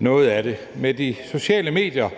noget af det. Med de sociale medier,